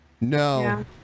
No